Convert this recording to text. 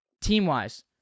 Team-wise